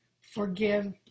forgive